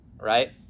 right